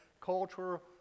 cultural